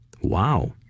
wow